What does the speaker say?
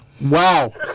Wow